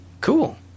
Cool